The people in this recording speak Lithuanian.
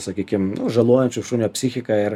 sakykim nu žalojančius šunio psichiką ir